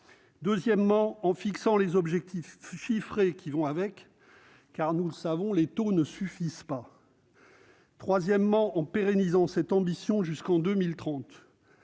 deuxièmement, en fixant les objectifs chiffrés qui vont avec car, nous le savons, les taux ne suffisent pas ; troisièmement, en pérennisant cette ambition jusqu'en 2030.